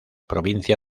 provincia